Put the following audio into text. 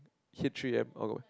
hit three A_M onward